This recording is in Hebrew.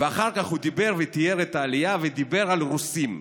ואחר כך הוא דיבר, תיאר את העלייה ודיבר על רוסים,